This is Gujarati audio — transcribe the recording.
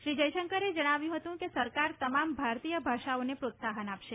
શ્રી જયશંકરે જણાવ્યું હતું કે સરકાર તમામ ભારતીય ભાષાઓને પ્રોત્સાહન આપશે